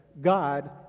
God